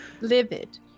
livid